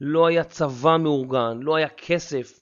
לא היה צבא מאורגן, לא היה כסף